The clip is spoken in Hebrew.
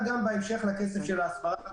ובהמשך נדאג לכסף של ההסברה.